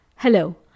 Hello